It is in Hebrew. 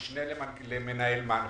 משנה למנהל מנח"י,